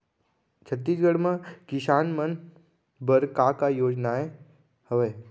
छत्तीसगढ़ म किसान मन बर का का योजनाएं हवय?